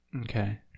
Okay